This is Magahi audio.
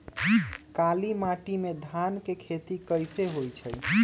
काली माटी में धान के खेती कईसे होइ छइ?